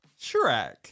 Shrek